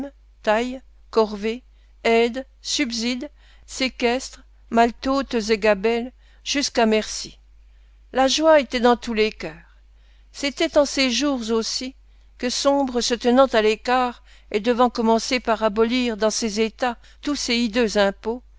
tailles corvées aides subsides séquestres maltôtes et gabelles jusqu'à merci la joie était dans tous les cœurs c'était en ces jours aussi que sombre se tenant à l'écart et devant commencer par abolir dans ses états tous ces hideux impôts